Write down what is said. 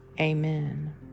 Amen